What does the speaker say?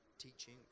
teaching